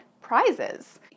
prizes